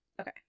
Okay